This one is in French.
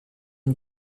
une